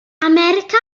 america